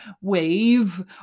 wave